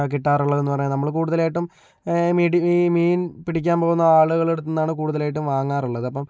കിട്ടാറുള്ളതെന്ന് പറഞ്ഞാല് നമ്മള് കൂടുതലായിട്ടും മിടി ഈ മീൻ പിടിക്കാൻ പോകുന്ന ആളുകളുടെ അടുത്തു നിന്നാണ് കൂടുതലായിട്ടും വാങ്ങാറുള്ളത് അപ്പോൾ